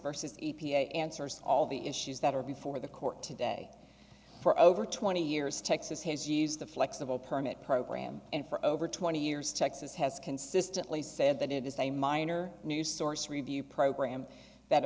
versus e p a answers all the issues that are before the court today for over twenty years texas has used the flexible permit program and for over twenty years texas has consistently said that it is a minor new source review program that